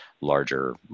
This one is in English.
larger